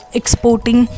exporting